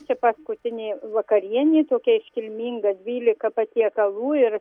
čia paskutinė vakarienė tokiais iškilminga dvylika patiekalų ir